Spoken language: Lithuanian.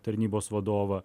tarnybos vadovą